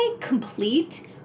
complete